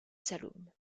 saloum